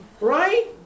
Right